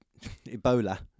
Ebola